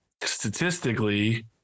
statistically